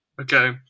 okay